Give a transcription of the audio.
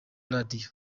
radiyo